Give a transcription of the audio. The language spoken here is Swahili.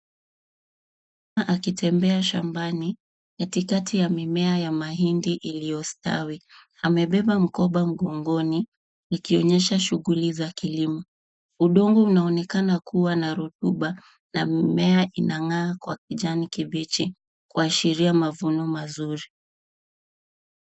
Mama akitembea shambani katikati ya mimea ya mahindi iliyostawi amebeba mkoba mgongoni ikionyesha shughuli za kilimo. Udongo unaonekana kuwa na rotuba na mimea inang'aa kwa kijani kibichi kuashiria mavuno mazuri.